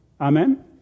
Amen